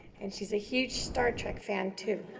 and she's a huge star trek fan, too